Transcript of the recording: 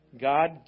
God